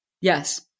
Yes